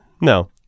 No